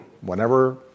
whenever